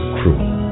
cruel